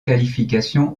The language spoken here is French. qualification